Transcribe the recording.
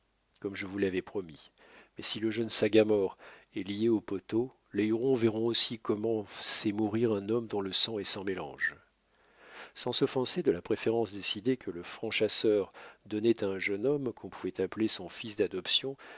comme je vous l'avais promis mais si le jeune sagamore est lié au poteau les hurons verront aussi comment sait mourir un homme dont le sang est sans mélange sans s'offenser de la préférence décidée que le franc chasseur donnait à un jeune homme qu'on pouvait appeler son fils d'adoption